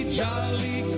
jolly